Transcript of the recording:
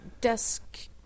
desk